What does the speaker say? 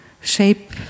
shape